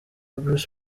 bruce